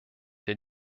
der